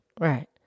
Right